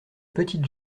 petite